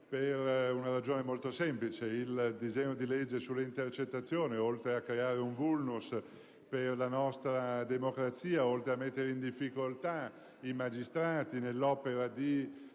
per una ragione molto semplice: il disegno di legge sulle intercettazioni, oltre a creare un *vulnus* per la nostra democrazia, oltre a mettere in difficoltà i magistrati nell'opera di